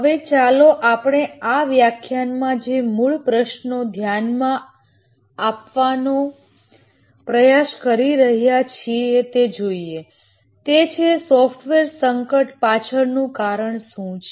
હવે ચાલો આપણે આ વ્યાખ્યાનમાં જે મૂળ પ્રશ્નનો ધ્યાન આપવાનો પ્રયાસ કરી રહ્યા છીએ તે જોઈએ તે છે સોફ્ટવેર ક્રાયસીસ પાછળનું કારણ શું છે